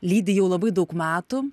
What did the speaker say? lydi jau labai daug metų